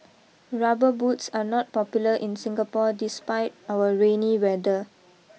rubber boots are not popular in Singapore despite our rainy weather